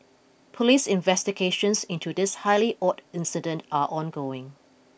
police investigations into this highly odd incident are ongoing